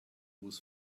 with